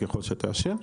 ככל שתאשר.